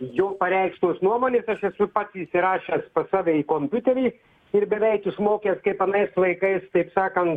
jo pareikštos nuomonės aš esu pats įsirašęs pas save į kompiuterį ir beveik išmokęs kaip anais laikais taip sakan